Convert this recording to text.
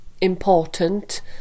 important